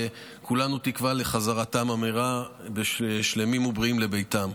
וכולנו תקווה לחזרתם במהרה שלמים ובריאים לביתם.